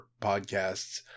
podcasts